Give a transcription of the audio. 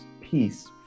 peace